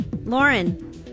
Lauren